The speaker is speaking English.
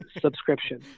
subscription